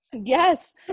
Yes